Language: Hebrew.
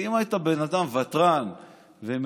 ואם היית בן אדם ותרן ומכיל,